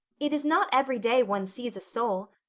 it is not every day one sees a soul.